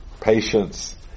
patience